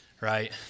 right